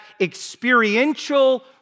experiential